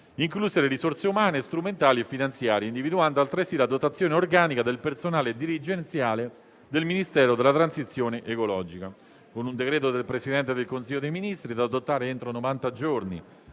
incluse le risorse umane, strumentali e finanziarie, individuando altresì la dotazione organica del personale dirigenziale del Ministero della transizione ecologica. Con un decreto del Presidente del Consiglio dei ministri, da adottare entro novanta giorni